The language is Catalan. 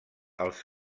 als